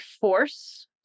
force